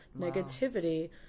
negativity